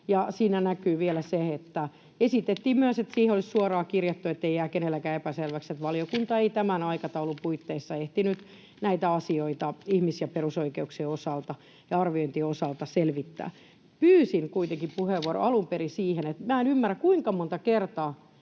Siinä näkyy vielä se, että esitettiin myös, että siihen olisi suoraan kirjattu, ettei jää kenellekään epäselväksi, että valiokunta ei tämän aikataulun puitteissa ehtinyt näitä asioita ihmis- ja perusoikeuksien osalta ja arviointien osalta selvittää. Pyysin kuitenkin puheenvuoron alun perin siihen, että minä en ymmärrä, kuinka monta kertaa